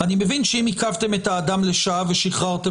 --אני מבין שאם עיכבתם את האדם לשעה ושחררתם,